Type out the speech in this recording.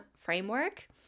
framework